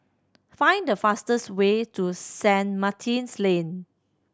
find the fastest way to Saint Martin's Lane